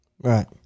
Right